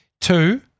Two